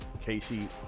Casey